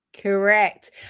correct